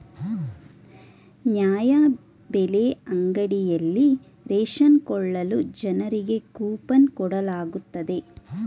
ನ್ಯಾಯಬೆಲೆ ಅಂಗಡಿಯಲ್ಲಿ ರೇಷನ್ ಕೊಳ್ಳಲು ಜನರಿಗೆ ಕೋಪನ್ ಕೊಡಲಾಗುತ್ತದೆ